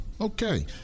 Okay